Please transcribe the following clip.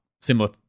similar